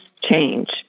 change